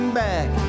back